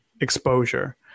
exposure